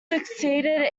succeeded